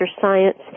Science